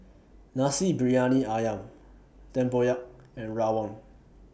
Nasi Briyani Ayam Tempoyak and Rawon